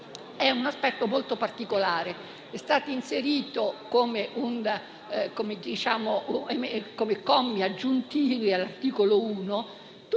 è un aspetto molto particolare, che è stato inserito nei commi aggiuntivi all'articolo 1.